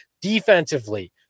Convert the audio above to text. defensively